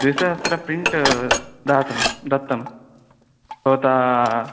द्विसहस्रं प्रिण्ट् दत्तं दत्तं भवताम्